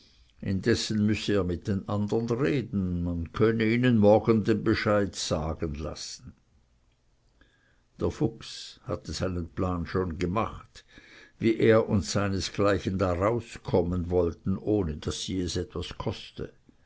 müsse er mit den andern reden man könne ihnen morgen den bescheid sagen lassen der fuchs hatte seinen plan schon gemacht wie er und seinesgleichen darauskommen wollten ohne daß es sie etwas koste